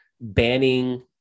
banning